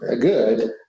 good